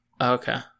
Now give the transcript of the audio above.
Okay